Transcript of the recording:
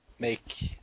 make